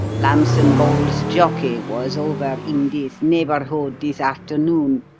lambson-bowles's jockey was over in this neighbourhood this afternoon.